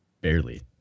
Barely